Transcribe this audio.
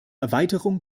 erweiterung